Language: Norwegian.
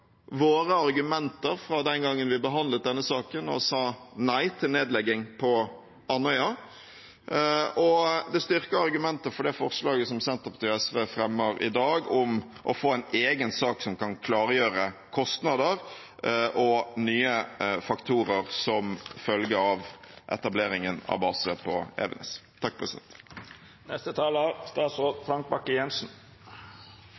våre argumenter fra den gangen vi behandlet denne saken og sa nei til nedlegging på Andøya, og det styrker argumentet for det forslaget som Senterpartiet og SV fremmer i dag, om å få en egen sak som kan klargjøre kostnader og nye faktorer som følge av etableringen av base på Evenes.